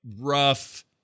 rough